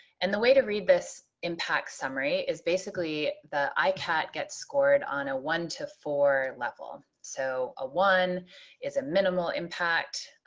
and the way to read this impact summary is basically the eicat gets scored on a one to four level so a one is a minimal impact